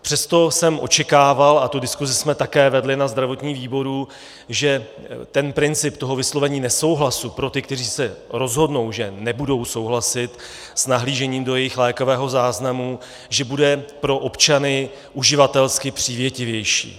Přesto jsem očekával a tu diskuzi jsme také vedli na zdravotním výboru že ten princip vyslovení nesouhlasu pro ty, kteří se rozhodnou, že nebudou souhlasit s nahlížením do jejich lékového záznamu, že bude pro občany uživatelsky přívětivější.